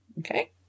Okay